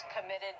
committed